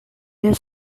their